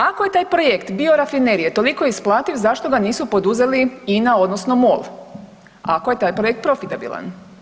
Ako je taj projekt biorafinerije toliko isplativ zašto ga nisu poduzeli INA odnosno MOL, ako je taj projekt profitabilan?